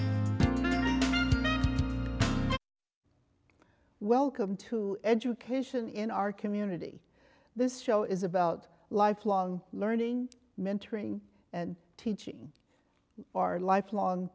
welcome to education in our community this show is about lifelong learning mentoring and teaching our lifelong